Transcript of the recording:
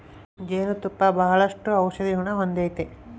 ಜೇನು ತುಪ್ಪ ಬಾಳಷ್ಟು ಔಷದಿಗುಣ ಹೊಂದತತೆ